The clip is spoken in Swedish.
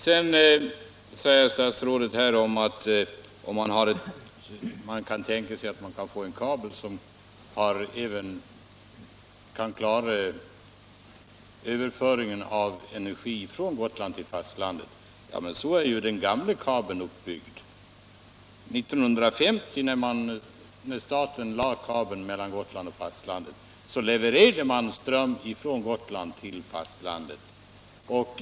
Sedan säger statsrådet att man kan tänka sig möjligheten att få en kabel som även skulle klara överföring av energi från Gotland till fastlandet. Men så är ju den gamla kabeln uppbyggd. När staten 1950 lade kabeln mellan Gotland och fastlandet, levererade man ström från Gotland till fastlandet.